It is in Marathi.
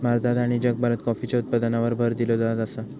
भारतात आणि जगभरात कॉफीच्या उत्पादनावर भर दिलो जात आसा